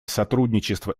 сотрудничество